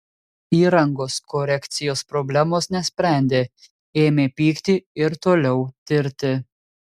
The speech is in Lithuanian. įrangos korekcijos problemos nesprendė ėmė pykti ir toliau tirti